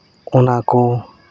ᱚᱱᱟ ᱠᱚ